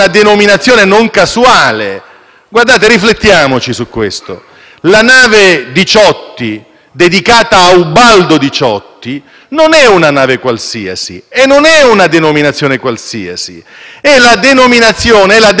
dedicata a Ubaldo Diciotti, non è una nave qualsiasi e non ha una denominazione qualsiasi. È la dedica a una personalità del servizio pubblico italiano, appunto il generale Diciotti,